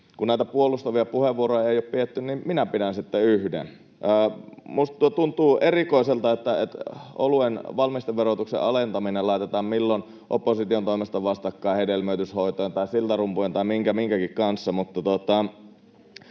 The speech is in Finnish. kun näitä puolustavia puheenvuoroja ei ole pidetty, niin minä pidän sitten yhden. Minusta tuntuu erikoiselta, että oluen valmisteverotuksen alentaminen laitetaan opposition toimesta vastakkain milloin hedelmöityshoitojen tai siltarumpujen tai milloin minkäkin kanssa.